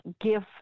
give